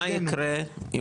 מה ייקרה,